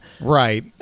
Right